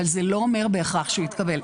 אבל זה לא אומר בהכרח שהוא יתקבל.